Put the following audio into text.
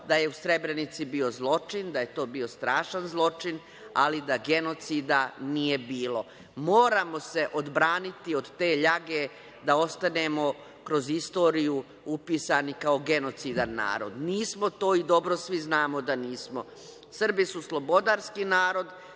da je u Srebrenici bio zločin, da je to bio strašan zločin, ali da genocida nije bilo. Moramo se odbraniti od te ljage da ostanemo kroz istoriju upisani kao genocidan narod. Nismo to i dobro svi znamo da nismo. Srbi su slobodarski narod.